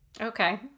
Okay